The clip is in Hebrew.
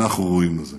אנחנו ראויים לזה.